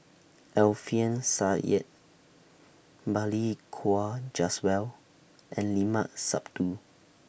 Alfian Sa'at Balli Kaur Jaswal and Limat Sabtu